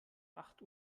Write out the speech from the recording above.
acht